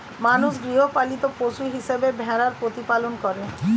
মানুষ গৃহপালিত পশু হিসেবে ভেড়ার প্রতিপালন করে